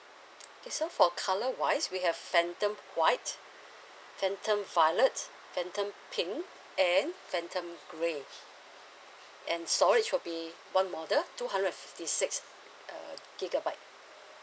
okay so for colour wise we have phantom white phantom valet phantom pink and phantom grey and so all it should be one model two hundred and fifty six uh gigabyte